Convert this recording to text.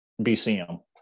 BCM